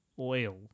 oil